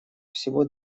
всего